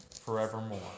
forevermore